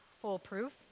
foolproof